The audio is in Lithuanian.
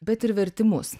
bet ir vertimus